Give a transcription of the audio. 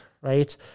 right